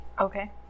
Okay